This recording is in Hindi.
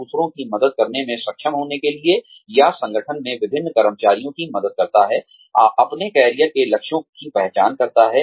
दूसरों की मदद करने में सक्षम होने के लिए या संगठन में विभिन्न कर्मचारियों की मदद करता है अपने कैरियर के लक्ष्यों की पहचान करता है